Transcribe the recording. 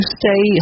stay